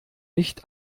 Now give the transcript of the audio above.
nicht